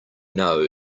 know